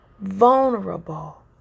vulnerable